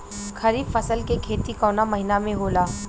खरीफ फसल के खेती कवना महीना में होला?